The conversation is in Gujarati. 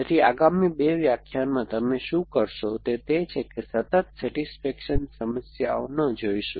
તેથી આગામી બે વ્યાખ્યાનમાં તમે શું કરશો તે છે સતત સેટિસ્ફેક્શન સમસ્યાઓનો જોઈશું